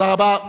תודה רבה.